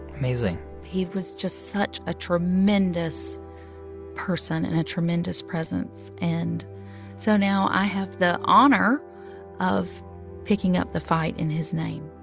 amazing he was just such a tremendous person and a tremendous presence. and so now i have the honor of picking up the fight in his name